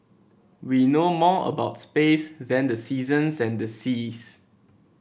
we know more about space than the seasons and the seas